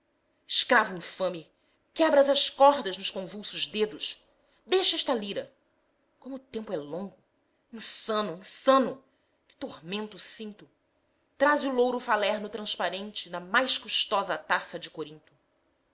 nero escravo infame quebras as cordas nos convulsos dedos deixa esta lira como o tempo é longo insano insano que tormento sinto traze o louro falerno transparente na mais custosa taça de corinto